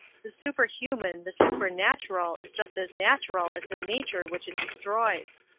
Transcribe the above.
the superhuman, the supernatural is just as natural as the nature which it destroys.